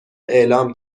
اعلام